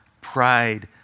pride